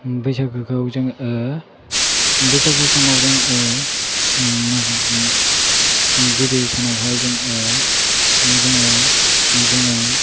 बैसागुुखौ जोङो बैसागु समाव जोङो गिबि सानावहाय जोङो